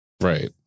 Right